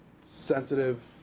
sensitive